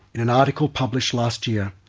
in an article published last year,